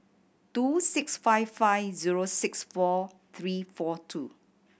two six five five zero six four three four two